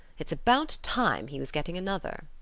it's about time he was getting another.